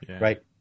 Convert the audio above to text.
right